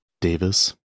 Davis